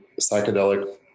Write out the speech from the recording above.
psychedelic